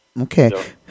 Okay